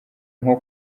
nko